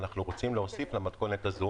אנחנו רוצים להוסיף למתכונת הזו